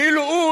כאילו הוא,